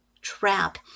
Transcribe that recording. trap